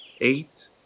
eight